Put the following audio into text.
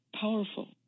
powerful